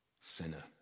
sinner